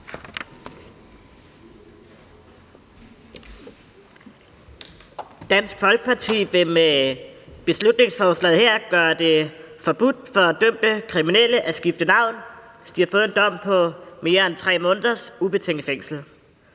Dansk Folkeparti vil med beslutningsforslaget her gøre det forbudt for dømte kriminelle at skifte navn, hvis de har fået en dom på mere end 3 måneders ubetinget fængsel.